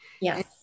yes